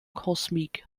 cosmique